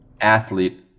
athlete